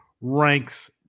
ranks